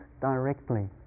directly